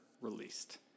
released